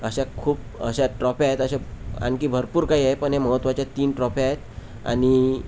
अशा खूप अशा ट्रॉफ्या आहेत अशा आणखी भरपूर काही आहे पण ह्या महत्त्वाच्या तीन ट्रॉफ्यात आणि